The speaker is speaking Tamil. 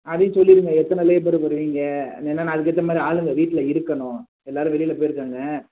அதையும் சொல்லிடுங்க எத்தனை லேபர் வருவீங்க ஏன்னால் நான் அதுக்கேற்ற மாதிரி ஆளுங்கள் வீட்டில் இருக்கணும் எல்லாேரும் வெளியில் போயிருக்காங்க